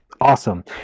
Awesome